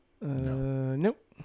Nope